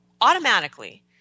automatically